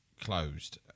closed